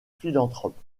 philanthrope